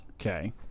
Okay